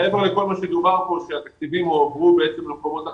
מעבר לכל מה שדובר פה שהתקציבים הועברו למקומות אחרים,